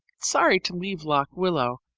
sorry to leave lock willow,